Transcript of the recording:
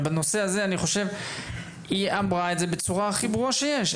אבל בנושא הזה אני חושב שהיא אמרה את זה בצורה הכי ברורה שיש.